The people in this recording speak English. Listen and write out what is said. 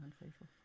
unfaithful